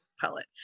pellet